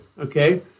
Okay